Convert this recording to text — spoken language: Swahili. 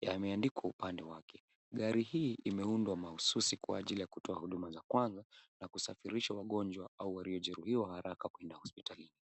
yameandikwa upande wake. Gari hii imeundwa mahususi kwa ajili ya kutoa huduma za kwanza na kusafirisha wagonjwa au waliojeruhiwa haraka kuenda hospitalini.